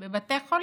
בבתי חולים.